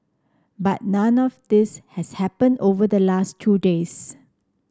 but none of this has happen over the last two days